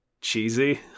cheesy